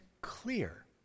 clear